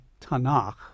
Tanakh